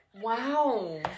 Wow